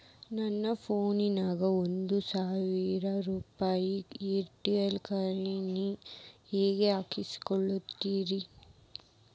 ನನ್ನ ಫೋನಿಗೆ ಒಂದ್ ನೂರು ರೂಪಾಯಿ ಏರ್ಟೆಲ್ ಕರೆನ್ಸಿ ಹೆಂಗ್ ಹಾಕಿಸ್ಬೇಕ್ರಿ?